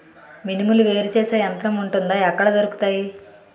మినుములు వేరు చేసే యంత్రం వుంటుందా? ఎక్కడ దొరుకుతాయి?